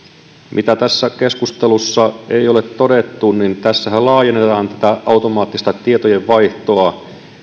mitä tässä keskustelussa ei ole todettu tässähän laajennetaan automaattista tietojenvaihtoa